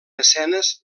mecenes